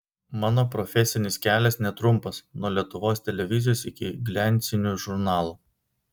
mano profesinis kelias netrumpas nuo lietuvos televizijos iki gliancinių žurnalų